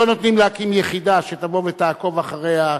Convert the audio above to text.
לא נותנים להקים יחידה שתבוא ותעקוב אחרי,